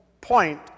point